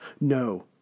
no